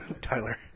Tyler